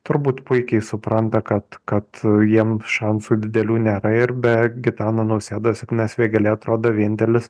turbūt puikiai supranta kad kad jiem šansų didelių nėra ir be gitano nausėdos ignas vėgėlė atrodo vienintelis